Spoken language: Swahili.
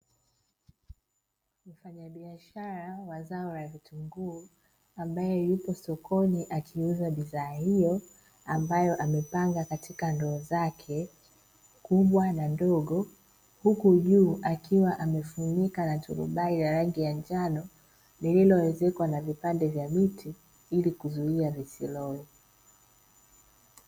Mfanyabiashara wa zao la vitunguu ambaye yupo sokoni akiuza bidhaa hiyo, ambayo amepanga katika ndoo zake kubwa na ndogo. Huku juu akiwa amefunika na turubai la rangi ya njano lililoezekwa na vipande vya miti ili kuzuia visiloe.